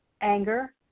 anger